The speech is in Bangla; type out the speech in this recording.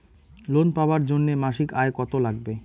লোন পাবার জন্যে মাসিক আয় কতো লাগবে?